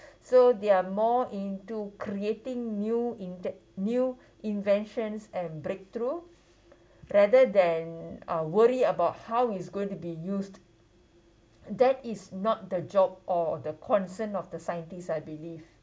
so they're more into creating new inte~ new inventions and breakthrough rather than uh worry about how it's going to be used that is not the job or the concern of the scientists I believe